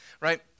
right